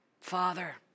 Father